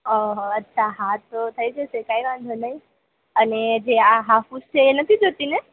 અહં અચ્છા હા તો થઈ જશે કંઈ વાંધો નઈ અને જે આ હાફુસ છે એ નથી જોતી ને